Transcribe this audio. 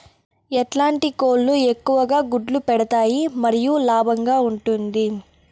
ఎట్లాంటి కోళ్ళు ఎక్కువగా గుడ్లు పెడతాయి మరియు లాభంగా ఉంటుంది?